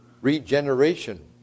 regeneration